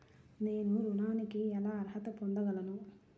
నేను ఋణానికి ఎలా అర్హత పొందగలను?